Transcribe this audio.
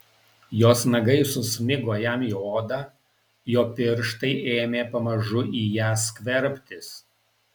jos nagai susmigo jam į odą jo pirštai ėmė pamažu į ją skverbtis